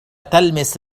تلمس